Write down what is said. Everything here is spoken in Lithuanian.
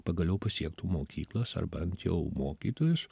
pagaliau pasiektų mokyklas ar bent jau mokytojus